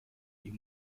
ihr